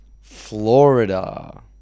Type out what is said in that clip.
Florida